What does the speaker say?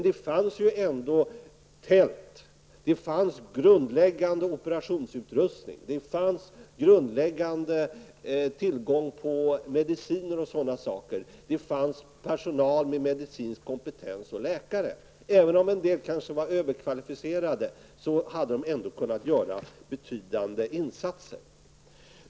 Det fanns ändå tält, det fanns grundläggande operationsutrustning, det fanns grundläggande tillgång på mediciner och sådana saker, och det fanns personal med medicinsk kompetens. Även om en del kanske var överkvalificerade, hade de ändå kunnat göra betydande insatser.